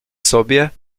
sobie